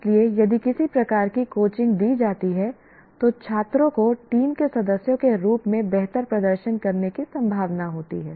इसलिए यदि किसी प्रकार की कोचिंग दी जाती है तो छात्रों को टीम के सदस्यों के रूप में बेहतर प्रदर्शन करने की संभावना होती है